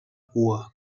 cua